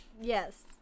yes